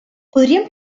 podríem